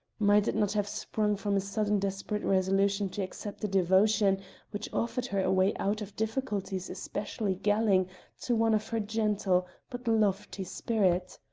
might it not have sprung from a sudden desperate resolution to accept a devotion which offered her a way out of difficulties especially galling to one of her gentle but lofty spirit?